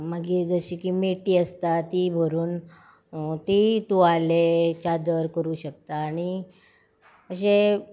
मागीर जशी की मेटी आसता ती भरून तीं तुवाले चादर करूं शकता आनी अशें